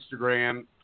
Instagram